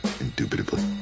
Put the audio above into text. Indubitably